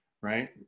right